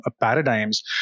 paradigms